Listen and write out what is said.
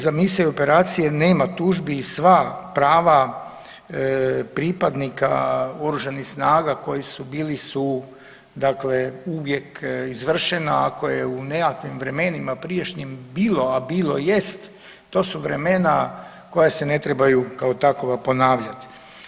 Za misije i operacije nema tužbi i sva prava pripadnika OS-a koji su bili su dakle uvijek izvršena, ako je u nekakvim vremenima prijašnjim bilo, a bilo jest, to su vremena koja se ne trebaju kao takva ponavljati.